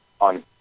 on